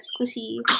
squishy